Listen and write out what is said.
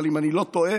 אבל אם אני לא טועה,